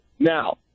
Now